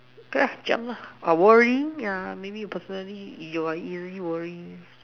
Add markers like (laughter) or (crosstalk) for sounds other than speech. (noise) jump lah worry yeah worry maybe personally you are easily worry